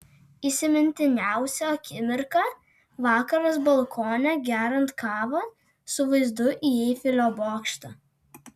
įsimintiniausia akimirka vakaras balkone geriant kavą su vaizdu į eifelio bokštą